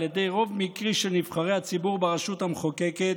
ידי רוב מקרי של נבחרי הציבור ברשות המחוקקת,